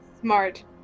smart